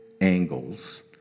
angles